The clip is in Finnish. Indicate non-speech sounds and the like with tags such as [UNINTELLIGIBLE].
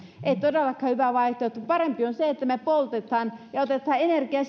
ei todellakaan hyvä vaihtoehto parempi on se että me poltamme ja otamme energian [UNINTELLIGIBLE]